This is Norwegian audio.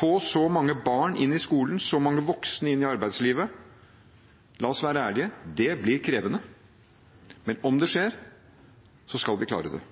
få så mange barn inn i skolen, så mange voksne inn i arbeidslivet – la oss være ærlige: Det blir krevende. Men om det skjer, skal vi klare det.